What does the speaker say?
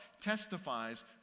testifies